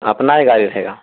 اپنا ہی گاڑی رہے گا